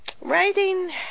writing